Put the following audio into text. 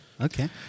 Okay